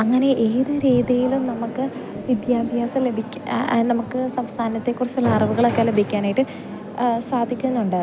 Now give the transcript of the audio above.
അങ്ങനെ ഏത് രീതീലും നമുക്ക് വിദ്യാഭ്യാസം ലഭിക്കും നമുക്ക് സംസ്ഥാനത്തെ കുറിച്ചുള്ള അറിവുകൾ ഒക്കെ ലഭിക്കാനായിട്ട് സാധിക്കുന്നുണ്ട്